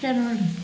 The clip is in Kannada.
ಇಷ್ಟೆ ನೋಡಿರಿ